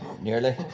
nearly